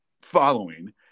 following